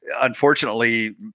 unfortunately